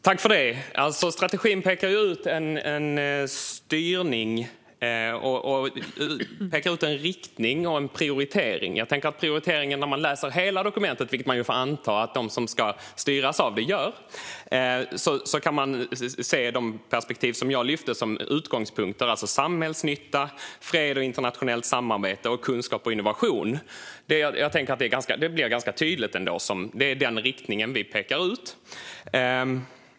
Fru talman! Strategin pekar ju ut en styrning, en riktning, och en prioritering. Om man läser hela dokumentet, vilket man får anta att de som ska styras av dokumentet gör, kan man se de perspektiv som jag lyfte fram som utgångspunkt, det vill säga samhällsnytta, fred, internationellt samarbete, kunskap och innovation. Jag tänker att det ändå blir en ganska tydlig prioritering. Det är den riktningen som vi pekar ut.